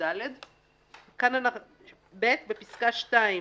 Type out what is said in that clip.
"39יד,"; (ב) בפסקה (2),